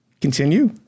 Continue